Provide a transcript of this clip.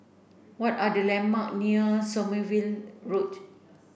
what are the landmark near Sommerville Road